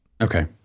Okay